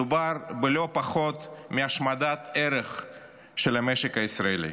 מדובר בלא פחות מהשמדת ערך של המשק הישראלי.